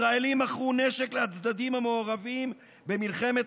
ישראלים מכרו נשק לצדדים המעורבים במלחמת